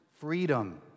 freedom